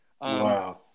Wow